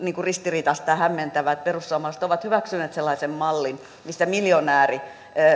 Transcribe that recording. ristiriitaista ja hämmentävää että perussuomalaiset ovat hyväksyneet sellaisen mallin missä miljonääri